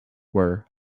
were